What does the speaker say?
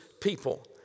people